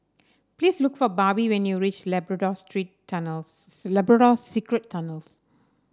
please look for Barbie when you reach Labrador Street Tunnels Labrador Secret Tunnels